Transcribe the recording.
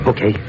Okay